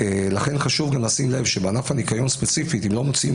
חשוב גם לשים לב שבענף הניקיון ספציפית אם לא מוציאים